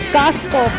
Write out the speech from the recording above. gospel